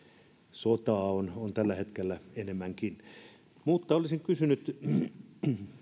sotaa on tällä hetkellä enemmänkin mutta olisin kysynyt